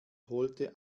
holte